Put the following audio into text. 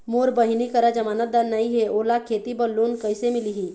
मोर बहिनी करा जमानतदार नई हे, ओला खेती बर लोन कइसे मिलही?